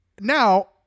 now